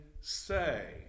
say